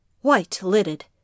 white-lidded